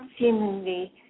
seemingly